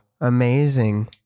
Amazing